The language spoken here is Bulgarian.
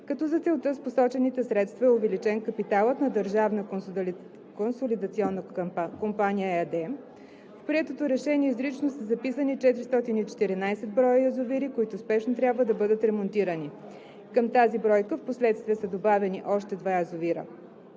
като за целта с посочените средства е увеличен капиталът на „Държавна консолидационна компания“ ЕАД. В приетото решение изрично са записани 414 броя язовири, които спешно трябва да бъдат ремонтирани. Към тази бройка впоследствие са добавени още два язовира.